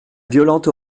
violente